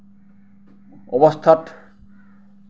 অৱস্থাত